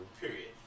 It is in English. Period